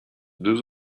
deux